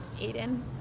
Aiden